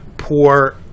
poor